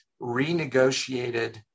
renegotiated